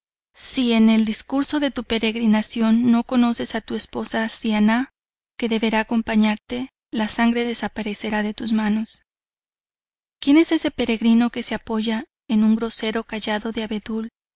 si en el discurso de tu peregrinación no conoces a tu esposa siannah que deberá acompañarte la sangre desaparecerá de tus manos quien es ese peregrino que se apoya en un grosero cayado de abedul